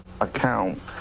account